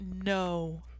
no